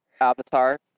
Avatar